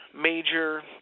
major